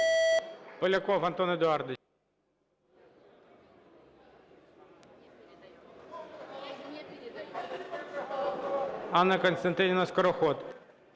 Поляков Антон Едуардович. Анна Костянтинівна Скороход.